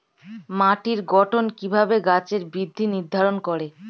মাটির গঠন কিভাবে গাছের বৃদ্ধি নির্ধারণ করে?